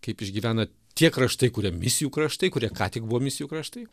kaip išgyvena tie kraštai kurie misijų kraštai kurie ką tik buvo misijų kraštai